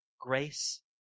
grace